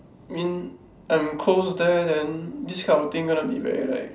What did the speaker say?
I mean I am close there then this kind of things gonna be very like